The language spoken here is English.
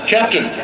Captain